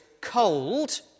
cold